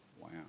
Wow